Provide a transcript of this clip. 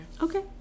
Okay